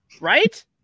Right